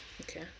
Okay